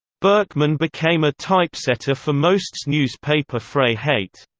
berkman became a typesetter for most's newspaper freiheit.